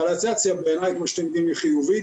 לגליזציה בעיניי כמו שאתם יודעים היא חיובית,